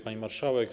Pani Marszałek!